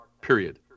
period